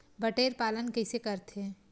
बटेर पालन कइसे करथे?